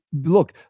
Look